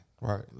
Right